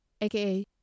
aka